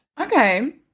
Okay